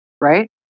right